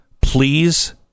please